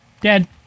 dead